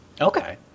Okay